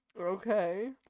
Okay